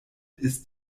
ist